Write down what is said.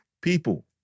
people